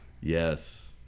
Yes